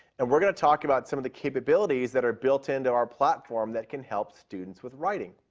and we are going to talk about some of the capabilities that are built into our platform that can help students with writing.